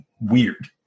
weird